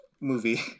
movie